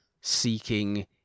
seeking